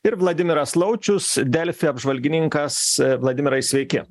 ir vladimiras laučius delfi apžvalgininkas vladimirai sveiki